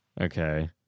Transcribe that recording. okay